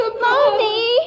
mommy